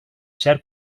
cert